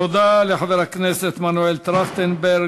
תודה לחבר הכנסת מנואל טרכטנברג.